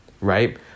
right